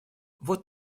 вот